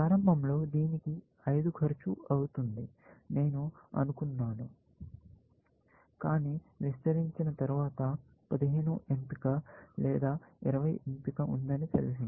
ప్రారంభంలో దీనికి 5 ఖర్చు అవుతుందని నేను అనుకున్నాను కాని విస్తరించిన తరువాత 15 ఎంపిక లేదా 20 ఎంపిక ఉందని తెలిసింది